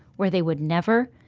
where they would never,